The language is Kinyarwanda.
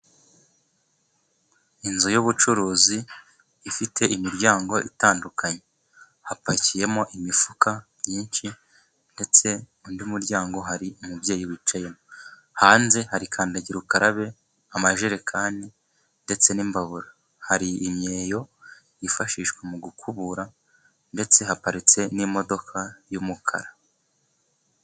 Inzu y'ubucuruzi ifite imiryango itandukanye hapakiyemo imifuka myinshi ndetse undi muryango hari umubyeyi wicayemo. Hanze hari kandagira ukarabe, amajerekani ndetse n'imbabura. Hari imyeyo yifashishwa mu gukubura ndetse haparitse n'imodoka y'umukara.